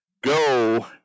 go